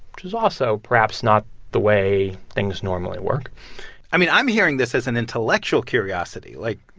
which is also perhaps not the way things normally work i mean, i'm hearing this as an intellectual curiosity. like,